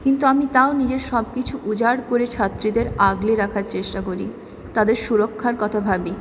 কিন্তু আমি তাও নিজের সবকিছু উজাড় করে ছাত্রীদের আগলে রাখার চেষ্টা করি তাদের সুরক্ষার কথা ভাবি